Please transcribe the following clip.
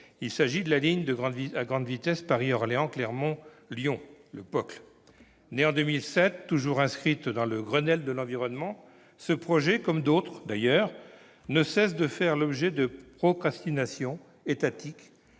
: celui de la ligne à grande vitesse Paris-Orléans-Clermont-Ferrand-Lyon, la POCL. Né en 2007 et toujours inscrit dans le Grenelle de l'environnement, ce projet, comme d'autres, ne cesse de faire l'objet d'une procrastination étatique.